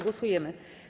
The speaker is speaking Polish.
Głosujemy.